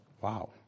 Wow